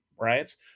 right